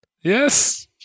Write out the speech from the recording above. Yes